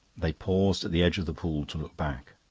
they paused at the edge of the pool to look back.